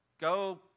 go